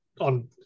on